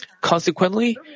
consequently